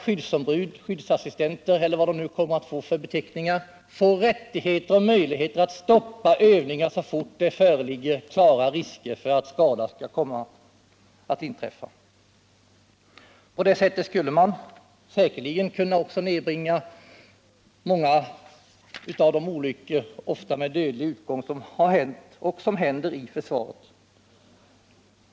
Skyddsombuden, skyddsassistenterna eller vilken beteckning de nu kommer att få, måste få rättigheter och möjligheter att stoppa övningar så fort det föreligger klara risker för att skada kan inträffa. På det sättet skulle man säkerligen också kunna nedbringa det stora antalet olyckor, ofta med dödlig utgång, som har hänt och som händer inom försvaret.